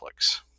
Netflix